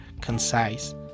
concise